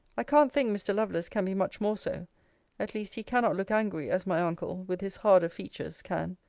i can't think mr. lovelace can be much more so at least he cannot look angry, as my uncle, with his harder features, can.